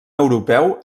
europeu